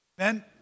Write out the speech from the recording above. Amen